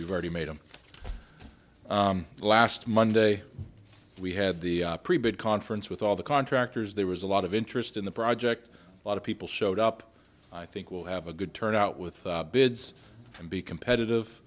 you've already made them last monday we had the pre boot conference with all the contractors there was a lot of interest in the project a lot of people showed up i think we'll have a good turn out with bids and be competitive